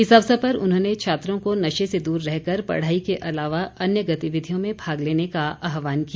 इस अवसर पर उन्होंने छात्रों को नशे से दूर रहकर पढ़ाई के अलावा अन्य गतिविधियों में भाग लेने का आहवान किया